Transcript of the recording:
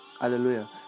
hallelujah